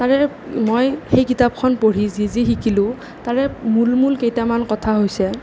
তাৰে মই সেই কিতাপখন পঢ়ি যি যি শিকিলোঁ তাৰে মূল মূল কেইটামান কথা হৈছে